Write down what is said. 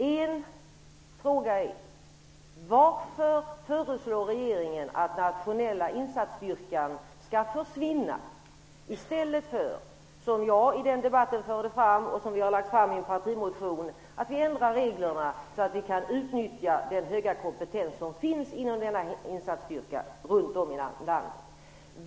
En fråga är: Varför föreslår regeringen att den nationella insatsstyrkan skall försvinna i stället för, vilket jag i den debatten förde fram och vilket vi har lagt fram i en partimotion, att vi ändrar reglerna så att vi kan utnyttja den höga kompetens som finns inom denna insatsstyrka runt om i landet?